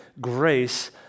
grace